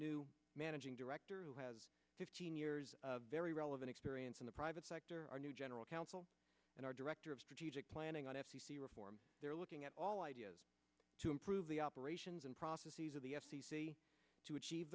new managing director who has fifteen years of very relevant experience in the private sector our new general counsel and our director of strategic planning on f c c reform they're looking at all ideas to improve the operations and prophecies of the f c c to achieve